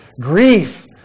grief